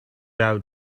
out